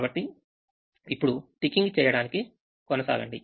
కాబట్టి ఇప్పుడు టికింగ్ చేయడానికి కొనసాగండి